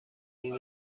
این